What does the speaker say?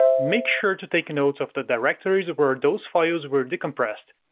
make sure to take notes of the directories of where ah those files were decompressed,